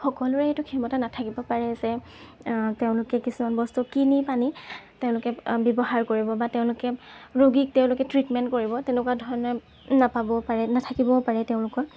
সকলোৰে সেইটো ক্ষমতা নাথাকিব পাৰে যে তেওঁলোকে কিছুমান বস্তু কিনি আনি তেওঁলোকে ব্যৱহাৰ কৰিব বা তেওঁলোকে ৰোগীক তেওঁলোকে ট্ৰিটমেণ্ট কৰিব তেনেকুৱা ধৰণে নাপাবও পাৰে নাথাকিবও পাৰে তেওঁলোকৰ